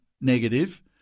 negative